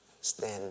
stand